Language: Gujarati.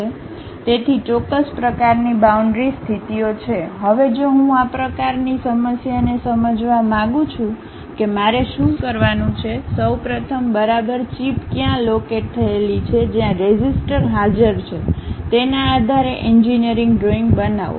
તેથી ચોક્કસ પ્રકારની બાઉન્ડ્રી સ્થિતિઓ છે હવે જો હું આ પ્રકારની સમસ્યાને સમજવા માંગું છું કે મારે શું કરવાનું છે સૌ પ્રથમ બરાબર ચિપ ક્યાં લોકેટ થયેલી છે જ્યાં રેઝિસ્ટર હાજર છે તેના આધારે એન્જિનિયરિંગ ડ્રોઇંગ બનાવો